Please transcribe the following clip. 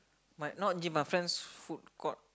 might not gym my friends food court